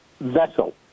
vessel